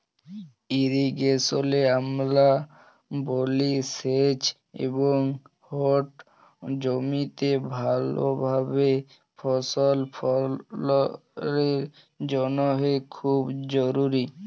ইরিগেশলে আমরা বলি সেঁচ এবং ইট জমিতে ভালভাবে ফসল ফললের জ্যনহে খুব জরুরি